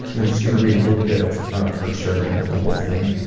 i'm just going to read a little bit of of her survey, not the whole thing.